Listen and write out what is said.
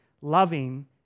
loving